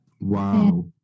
Wow